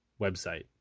website